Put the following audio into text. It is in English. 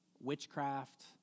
witchcraft